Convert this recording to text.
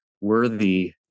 worthy